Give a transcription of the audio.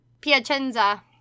Piacenza